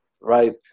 right